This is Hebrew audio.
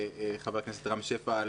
חבר הכנסת רם שפע,